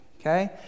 okay